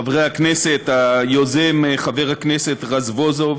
חברי הכנסת, היוזם, חבר הכנסת רזבוזוב,